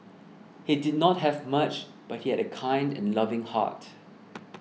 he did not have much but he had a kind and loving heart